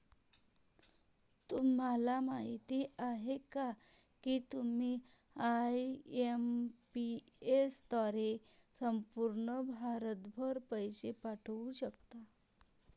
तुम्हाला माहिती आहे का की तुम्ही आय.एम.पी.एस द्वारे संपूर्ण भारतभर पैसे पाठवू शकता